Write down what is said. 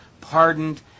pardoned